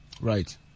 right